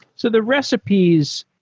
so the recipes,